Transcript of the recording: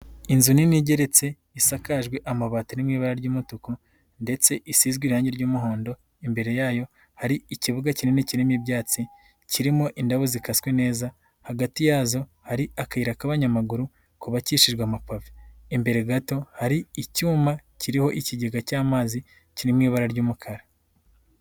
Inzu nini igeretse isakajwe amabati n'ibara ry'umutuku ndetse isizwe irangi ry'umuhondo imbere yayo, hari ikibuga kinini kirimo ibyatsi, kirimo indabo zikaswe neza, hagati yazo hari akayira k'abanyamaguru kubakishijwe amapave, imbere gato hari icyuma kiriho ikigega cy'amazi kiri mu ibara ry'umukara.